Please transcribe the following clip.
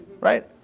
Right